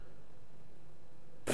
וגם עם הנשיאה בייניש